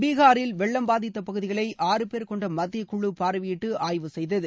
பிஹாரில் வெள்ளம் பாதித்த பகுதிகளை ஆறு பேர் கொண்ட மத்திய குழு பார்வையிட்டு ஆய்வு செய்தவு